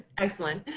excellent.